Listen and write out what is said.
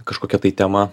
kažkokia tai tema